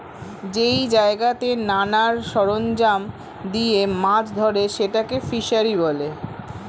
যেই জায়গাতে নানা সরঞ্জাম দিয়ে মাছ ধরে সেটাকে ফিসারী বলে